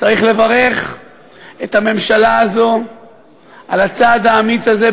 צריך לברך את הממשלה הזו על הצעד האמיץ הזה,